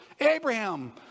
Abraham